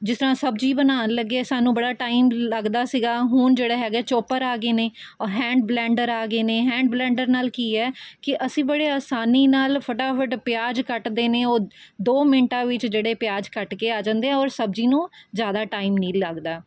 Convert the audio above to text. ਜਿਸ ਤਰ੍ਹਾਂ ਸਬਜ਼ੀ ਬਨਾਉਣ ਲੱਗੇ ਸਾਨੂੰ ਬੜਾ ਟਾਈਮ ਲੱਗਦਾ ਸੀਗਾ ਹੁਣ ਜਿਹੜਾ ਹੈਗਾ ਚੋਪਰ ਆ ਗਏ ਨੇ ਔਰ ਹੈਂਡ ਬਲੈਂਡਰ ਆ ਗਏ ਨੇ ਹੈਂਡ ਬਲੈਂਡਰ ਨਾਲ਼ ਕੀ ਹੈ ਕਿ ਅਸੀਂ ਬੜੇ ਆਸਾਨੀ ਨਾਲ਼ ਫਟਾਫਟ ਪਿਆਜ਼ ਕੱਟਦੇ ਨੇ ਉਹ ਦੋ ਮਿੰਟਾਂ ਵਿੱਚ ਜਿਹੜੇ ਪਿਆਜ਼ ਕੱਟ ਕੇ ਆ ਜਾਂਦੇ ਆ ਔਰ ਸਬਜ਼ੀ ਨੂੰ ਜ਼ਿਆਦਾ ਟਾਈਮ ਨਹੀਂ ਲੱਗਦਾ